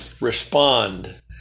respond